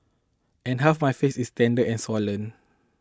and half my face is tender and swollen